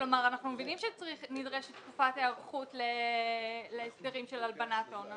אנחנו מבינים שנדרשת תקופת היערכות להסדרים של הלבנת הון.